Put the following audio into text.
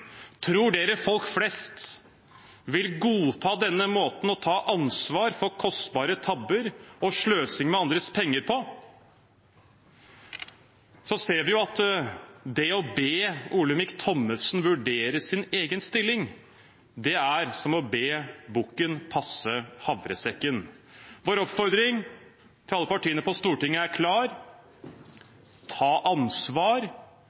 Tror dere folk flest vil godta denne måten å ta ansvar for kostbare tabber og sløsing med andres penger på? Vi ser at det å be Olemic Thommessen vurdere sin egen stilling, er som å be bukken passe havresekken. Vår oppfordring til alle partiene på Stortinget er klar: Ta ansvar,